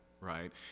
right